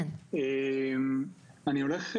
אני הולך,